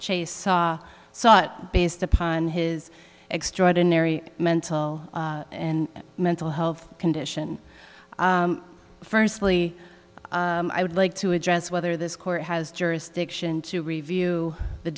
chase saw sought based upon his extraordinary mental and mental health condition firstly i would like to address whether this court has jurisdiction to review the